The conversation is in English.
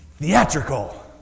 Theatrical